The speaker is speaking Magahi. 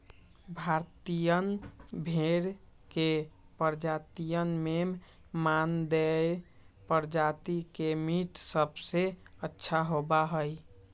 भारतीयन भेड़ के प्रजातियन में मानदेय प्रजाति के मीट सबसे अच्छा होबा हई